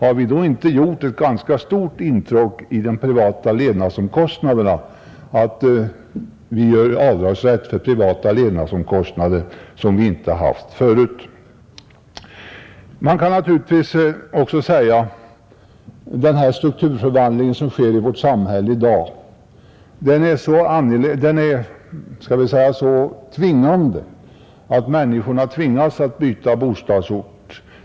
Är det inte att göra ett ganska stort intrång om vi tillåter avdrag för privata levnadsomkostnader som vi inte har tillåtit förut? Man kan naturligtvis också säga att den strukturförvandling som i dag sker i vårt samhälle många gånger tvingar människorna att byta bostadsort.